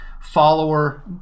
follower